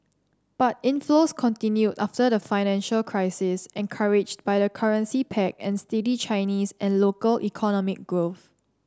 but inflows continued after the financial crisis encouraged by the currency peg and steady Chinese and local economic growth